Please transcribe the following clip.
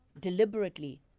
deliberately